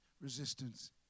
resistance